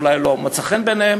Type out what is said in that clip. אולי לא מצא חן בעיניהם.